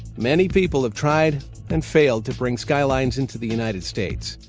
many people have tried and failed to bring skylines into the united states.